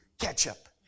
ketchup